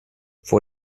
vor